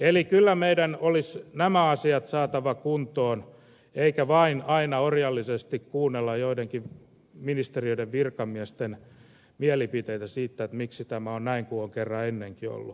eli kyllä meidän olisi nämä asiat saatava kuntoon eikä vain aina orjallisesti kuunneltava joidenkin ministeriöiden virkamiesten mielipiteitä siitä miksi tämä on näin kun on kerran ennenkin ollut